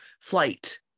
flight